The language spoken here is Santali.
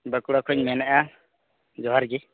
ᱵᱟᱸᱠᱩᱲᱟ ᱠᱷᱚᱱ ᱤᱧ ᱢᱮᱱᱮᱫᱼᱟ ᱡᱚᱦᱟᱨ ᱜᱮ